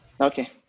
Okay